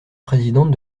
présidente